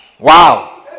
Wow